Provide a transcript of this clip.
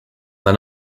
then